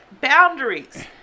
boundaries